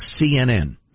CNN